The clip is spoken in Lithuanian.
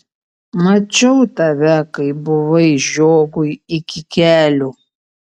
mačiau tave kai buvai žiogui iki kelių